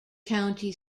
county